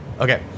Okay